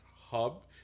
hub